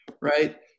Right